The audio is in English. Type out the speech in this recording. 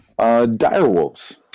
direwolves